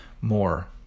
more